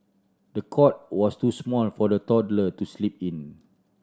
the cot was too small for the toddler to sleep in